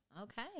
Okay